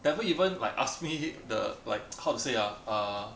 never even like ask me the like err how to say ah err